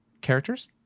characters